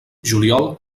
juliol